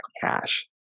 cash